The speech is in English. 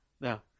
Now